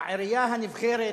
העירייה הנבחרת